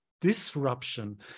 disruption